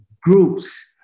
groups